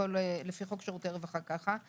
ולפי חוק שירותי רווחה ככה,